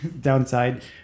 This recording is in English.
Downside